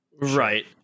right